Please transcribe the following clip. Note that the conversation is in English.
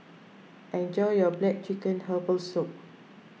enjoy your Black Chicken Herbal Soup